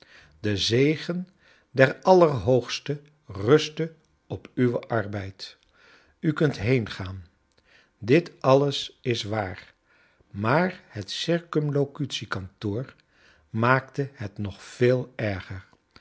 de zegen des allerhoogsten ruste op uwen arbeid u kunt heengaan dit alles is waar maar het circumlo j cutie kantoor maakte het nog veel erger